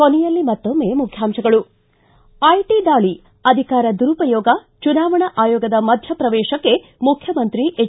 ಕೊನೆಯಲ್ಲಿ ಮತ್ತೊಮ್ಮೆ ಮುಖ್ಯಾಂಶಗಳು ಿ ಐಟಿ ದಾಳಿ ಅಧಿಕಾರ ದುರುಪಯೋಗ ಚುನಾವಣಾ ಆಯೋಗದ ಮಧ್ಯ ಪ್ರವೇಶಕ್ಕೆ ಮುಖ್ಯಮಂತ್ರಿ ಎಚ್